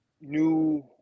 new